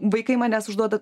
vaikai manęs užduoda